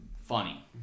funny